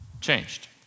changed